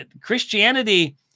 Christianity